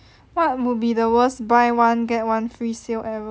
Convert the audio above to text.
what would be the worst buy one get one free sale ever